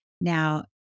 Now